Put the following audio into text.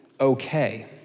okay